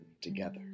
together